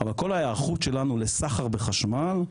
אבל כל ההיערכות שלנו לסחר בחשמל,